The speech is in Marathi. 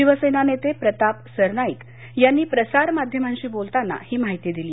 शिवसेना नेते प्रताप सरनाईक यांनी प्रसारमाध्यमांशी बोलताना ही माहिती दिली